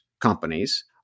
companies